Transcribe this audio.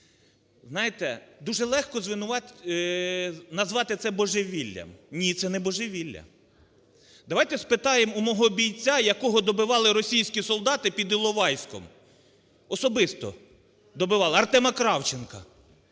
Знаєте, дуже легко назвати це божевіллям. Ні, це не божевілля. Давайте спитаємо у мого бійця, якого добивали російські солдати під Іловайськом, особисто добивали Артема Кравченка,